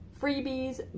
freebies